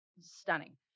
stunning